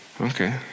Okay